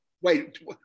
wait